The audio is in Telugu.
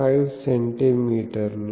5 సెంటీమీటర్లు